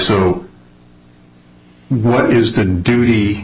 so what is the duty